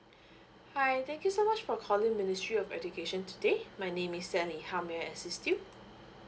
hi thank you so much for calling ministry of education today my name is sally how may I assist you